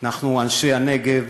אנחנו, אנשי הנגב,